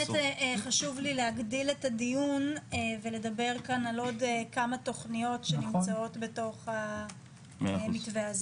חשוב לי להרחיב את הדיון ולדבר על עוד כמה תוכניות שנמצאות במתווה הזה.